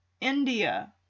India